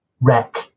wreck